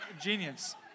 genius